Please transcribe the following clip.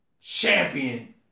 champion